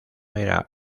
era